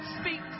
speak